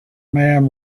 man